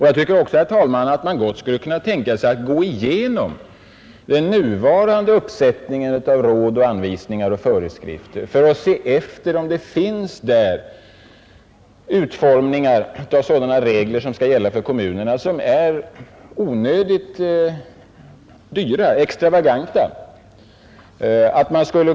Jag tycker också, herr talman, att man skulle kunna tänka sig att gå igenom den nuvarande uppsättningen av råd, anvisningar och föreskrifter för att se efter om man skulle kunna rensa ut bland regler som föreskriver åtgärder från kommunernas sida som är onödigt extravaganta.